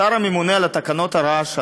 השר הממונה על תקנות הרעש,